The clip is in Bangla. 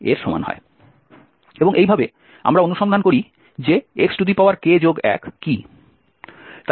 এবং এইভাবে আমরা অনুসন্ধান করি যে xk1 কি